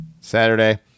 Saturday